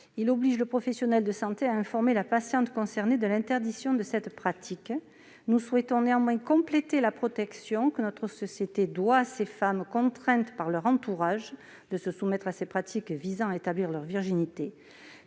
obligent le professionnel de santé à informer la patiente concernée de l'interdiction de cette pratique. Nous souhaitons néanmoins compléter la protection que notre société doit à ces femmes contraintes par leur entourage de se soumettre à ces pratiques visant à établir leur virginité.